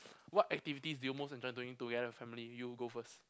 what activities do you must enjoy doing together with your family you go first